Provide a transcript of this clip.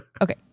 Okay